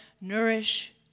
nourish